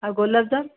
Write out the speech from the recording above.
ଆଉ ଗୋଲାପ ଜାମ